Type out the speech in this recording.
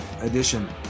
edition